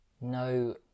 no